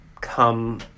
come